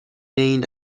این